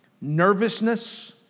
nervousness